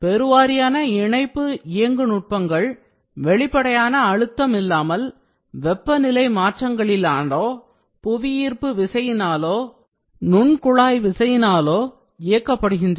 பெருவாரியான இணைப்பு இயங்கு நுட்பங்கள் வெளிப்படையான அழுத்தம் இல்லாமல் வெப்பநிலை மாற்றங்களினாலோ புவியீர்ப்பு விசையினாலோ நுண்குழாய் விசையினாலோ இயக்கப்படுகின்றன